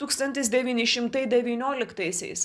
tūkstantis devyni šimtai devynioliktaisiais